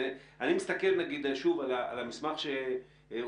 אני מסתכל על המסמך שאגב,